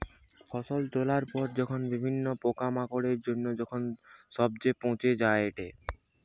ফসল তোলার পরে যখন বিভিন্ন পোকামাকড়ের জন্য যখন সবচে পচে যায়েটে